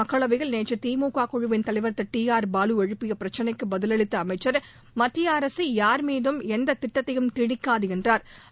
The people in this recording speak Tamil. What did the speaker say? மக்களவையில் நேற்று திமுக குழுவின் தலைவர் திரு டி ஆர் பாலு எழுப்பிய பிரச்சினைக்கு பதிலளித்த அமைச்சா் மத்திய அரசு யாா் மீதும் எந்த திட்டத்தையும் திணிக்காது என்றாா்